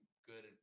good